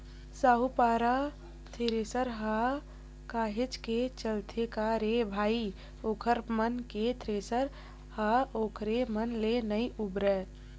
साहूपारा थेरेसर ह काहेच के चलथे का रे भई ओखर मन के थेरेसर ह ओखरे मन ले नइ उबरय